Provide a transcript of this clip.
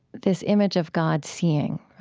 this image of god seeing,